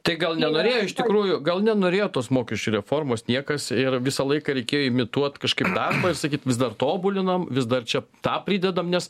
tai gal nenorėjo iš tikrųjų gal nenorėjo tos mokesčių reformos niekas ir visą laiką reikėjo imituot kažkaip darbą ir sakyt vis dar tobulinam vis dar čia tą pridedam nes